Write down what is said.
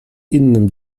innym